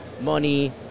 money